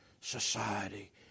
society